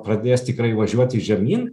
pradės tikrai važiuoti žemyn